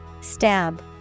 Stab